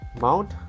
Mount